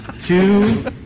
two